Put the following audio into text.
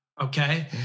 okay